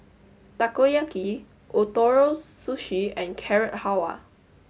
Takoyaki Ootoro Sushi and Carrot Halwa